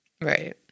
Right